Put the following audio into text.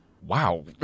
Wow